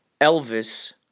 Elvis